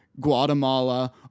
Guatemala